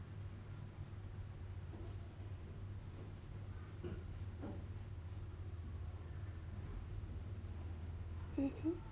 mmhmm